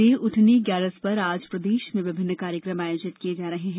देवउठनी ग्यारस पर आज प्रदेश में विभिन्न कार्यक्रम आयोजित किए जा रहे हैं